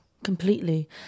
Completely